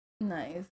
Nice